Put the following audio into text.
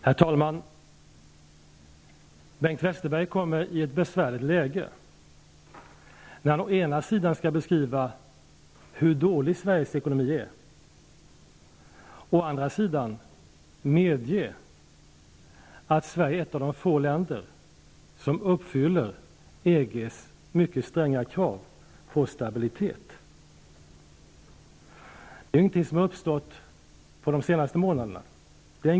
Herr talman! Bengt Westerberg kommer i ett besvärligt läge när han å ena sidan skall beskriva hur dålig Sveriges ekonomi är, å andra sidan medge att Sverige är ett av de få länder som uppfyller EG:s mycket stränga krav på stabilitet. Det är inte ett förhållande som har uppstått under de senaste månaderna.